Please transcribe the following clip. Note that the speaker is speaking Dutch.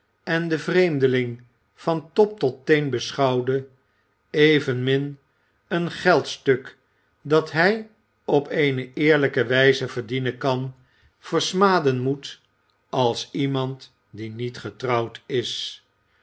en den vreemdeling van top tot teen beschouwde evenmin een geldstuk dat hij pp eene eerlijke wijze verdienen kan versmaden moet als iemand die niet getrouwd is